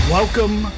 Welcome